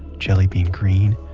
jellybean green,